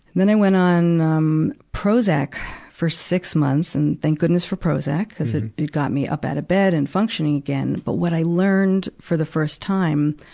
then i went on, um, prozac for six months. and thank goodness for prozac cuz it, it got me up out of bed and functioning again. but what i learned, for the first time,